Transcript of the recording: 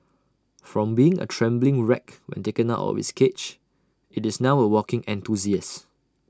from being A trembling wreck when taken out of its cage IT is now A walking enthusiast